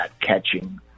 catching